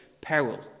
peril